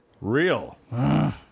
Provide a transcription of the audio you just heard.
Real